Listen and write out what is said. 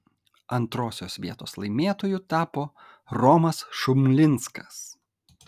antrosios vietos laimėtoju tapo romas šumlinskas